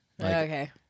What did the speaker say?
Okay